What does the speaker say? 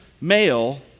male